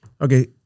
Okay